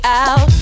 out